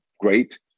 great